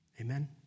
Amen